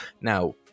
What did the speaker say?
Now